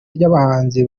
ry’abahanzi